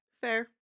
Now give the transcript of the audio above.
Fair